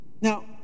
Now